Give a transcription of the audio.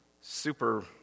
super